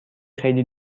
خیلی